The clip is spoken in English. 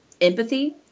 empathy